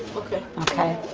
okay. okay?